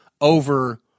over